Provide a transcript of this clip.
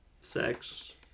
sex